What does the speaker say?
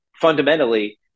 fundamentally